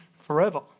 forever